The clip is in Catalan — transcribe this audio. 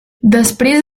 després